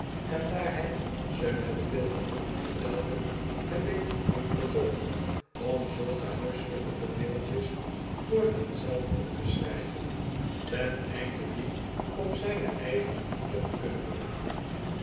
en daar hy ze met veel genoegen vertelde heb ik hem verzocht om zulke nuiselyke tooneeltjes voortaan zelf op te schryven ten einde die op zyne eigenemanier te kunnen verhalen